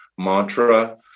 mantra